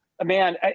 Man